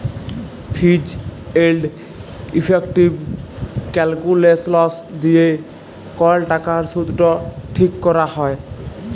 ফিজ এলড effective calculations দিয়ে কল টাকার শুধট ঠিক ক্যরা হ্যয়